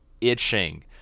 itching